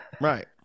Right